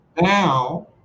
now